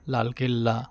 লাল কেল্লা